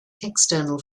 external